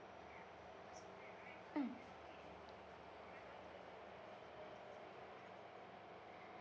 mm